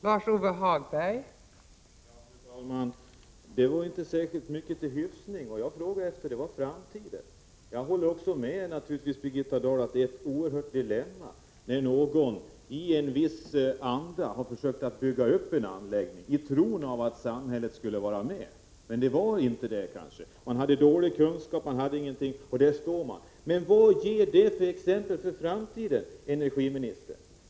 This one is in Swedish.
Fru talman! Det var inte särskilt mycket till hyfsning. Vad jag frågade efter var riktlinjer för framtiden. Jag håller naturligtvis med Birgitta Dahl om att det är ett oerhört dilemma när någon, i en viss anda, har försökt bygga upp en anläggning i den tron att samhället skulle stödja verksamheten men staten sedan inte gör det. Man hade dåliga kunskaper i Mora, och nu står man där. Men vad ger det för lärdom för framtiden, energiministern?